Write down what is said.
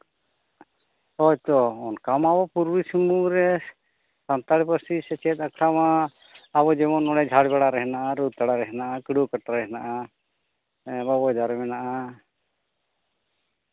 ᱦᱳᱭᱛᱳ ᱚᱱᱠᱟ ᱢᱟ ᱟᱵᱚ ᱯᱩᱨᱵᱤ ᱥᱤᱝᱵᱷᱩᱢ ᱨᱮ ᱥᱟᱱᱛᱟᱲ ᱯᱟᱹᱨᱥᱤ ᱥᱮᱪᱮᱫ ᱟᱠᱷᱲᱟ ᱢᱟ ᱟᱵᱚ ᱡᱮᱢᱚᱱ ᱱᱚᱰᱮ ᱡᱷᱟᱲᱜᱟᱲᱟ ᱨᱮ ᱦᱮᱱᱟᱜᱼᱟ ᱨᱟᱹᱛᱟᱲᱟ ᱨᱮ ᱦᱮᱱᱟᱜᱼᱟ ᱠᱟᱹᱲᱣᱟᱹᱠᱟᱴᱟ ᱨᱮ ᱦᱮᱱᱟᱜᱼᱟ ᱵᱟᱵᱚᱭᱫᱟ ᱨᱮ ᱦᱮᱱᱟᱜᱼᱟ